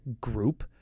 group